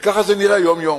וככה זה נראה יום-יום.